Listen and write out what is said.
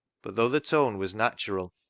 but though the tone was natural,